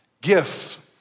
gift